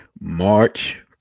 March